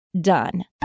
done